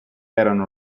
erano